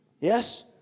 Yes